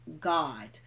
God